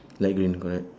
light green correct